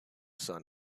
sun